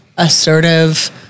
assertive